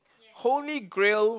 Holy Grail